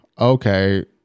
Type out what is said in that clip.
okay